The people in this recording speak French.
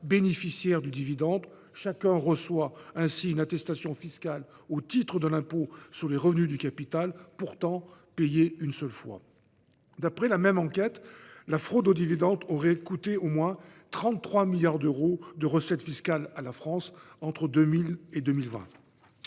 bénéficiaire du dividende : chacun reçoit ainsi une attestation fiscale au titre de l'impôt sur les revenus du capital, pourtant payé une seule fois. D'après la même enquête, la fraude aux dividendes aurait coûté au moins 33 milliards d'euros de recettes fiscales à la France entre 2000 et 2020.